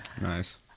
Nice